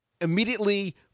immediately